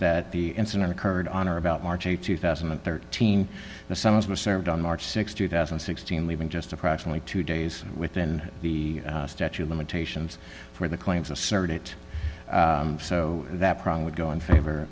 that the incident occurred on or about march two thousand and thirteen the summons was served on march th two thousand and sixteen leaving just approximately two days within the statute of limitations for the claims assert it so that probably would go in favor